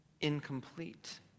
incomplete